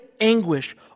anguish